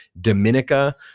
Dominica